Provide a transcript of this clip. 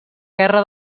guerra